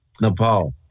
Nepal